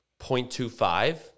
0.25